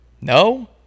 No